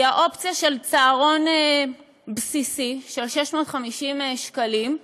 היא האופציה של צהרון בסיסי של 650 שקלים,